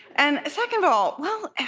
and second of all, well,